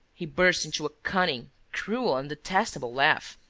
he burst into a cunning, cruel and detestable laugh.